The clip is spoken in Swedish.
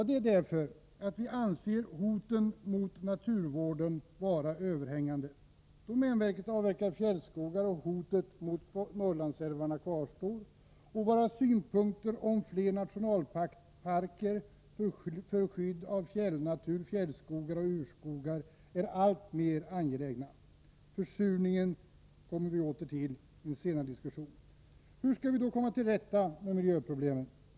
Det är därför att vi anser hoten mot naturvården vara överhängande. Domänverket avverkar fjällskogar, och hotet mot Norrlandsälvarna kvarstår. Våra synpunkter om fler nationalparker för skydd av fjällnatur, fjällskogar och urskogar är alltmer angelägna. Försurningen återkommer vi till i en senare diskussion. Hur skall vi komma till rätta med miljöproblemen?